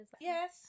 Yes